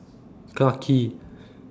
Clarke Quay